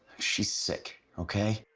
she's sick, okay?